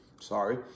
sorry